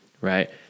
Right